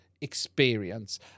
experience